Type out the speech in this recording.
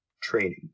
training